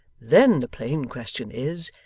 then the plain question is,